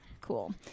Cool